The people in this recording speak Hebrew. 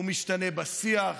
הוא משתנה בשיח,